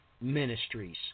ministries